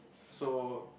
so